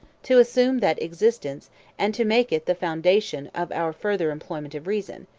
to assume that existence and to make it the foundation of our further employment of reason,